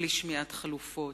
בלי שמיעת חלופות,